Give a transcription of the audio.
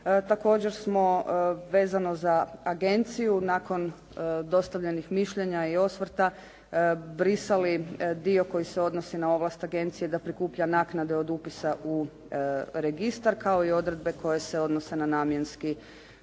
Također smo vezano za agenciju nakon dostavljenih mišljenja i osvrta brisali dio koji se odnosi na ovlast agencije da prikuplja naknade od upisa u registar kao i odredbe koje se odnose na Namjenski